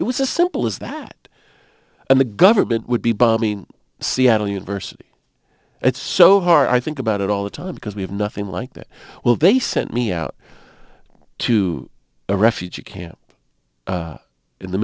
it was a simple as that and the government would be bombing seattle university it's so hard i think about it all the time because we have nothing like that well they sent me out to a refugee camp in the